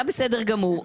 היה בסדר גמור.